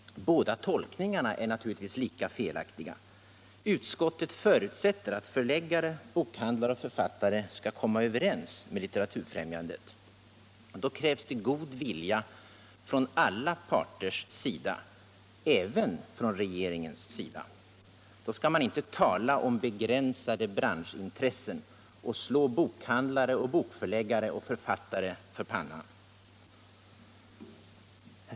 Båda tolkningarna är naturligtvis lika felaktiga. Utskottet förutsätter att förläggare, bokhandlare och författare skall komma överens med Litteraturfrämjandet, och då krävs det god vilja från alla parter. även från regeringen. Då skall man inte tala om begränsade branschintressen och slå bokhandlare. bokförläggare och författare för pannan.